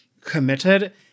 committed